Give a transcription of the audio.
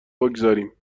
بگذاریم